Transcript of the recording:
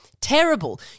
Terrible